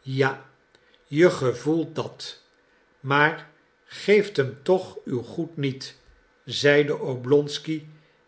ja je gevoelt dat maar geeft hem toch uw goed niet zeide oblonsky